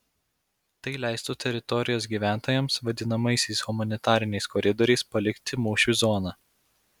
tai leistų teritorijos gyventojams vadinamaisiais humanitariniais koridoriais palikti mūšių zoną